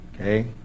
okay